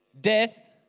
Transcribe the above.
death